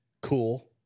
cool